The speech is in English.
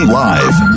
live